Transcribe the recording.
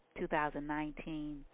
2019